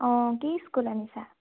অঁ কি স্কুল আনিছা